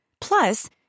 Plus